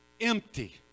Empty